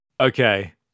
Okay